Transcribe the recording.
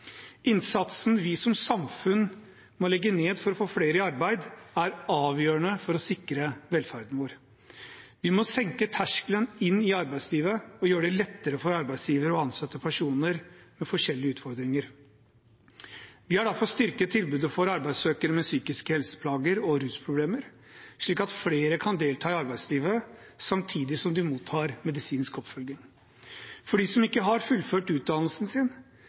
Innsatsen vi som samfunn må legge ned for å flere i arbeid, er avgjørende for å sikre velferden vår. Vi må senke terskelen inn i arbeidslivet og gjøre det lettere for arbeidsgivere å ansette personer med forskjellige utfordringer. Vi har derfor styrket tilbudet for arbeidssøkere med psykiske helseplager og rusproblemer, slik at flere kan delta i arbeidslivet samtidig som de mottar medisinsk oppfølging. For dem som ikke har fullført utdannelsen sin,